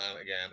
again